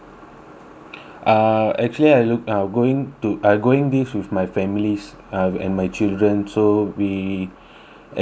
ah actually I looked I going to uh I going this with my families uh and my children so we expecting like